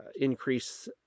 increase